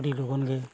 ᱟᱹᱰᱤ ᱞᱚᱜᱚᱱ ᱜᱮ